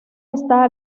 está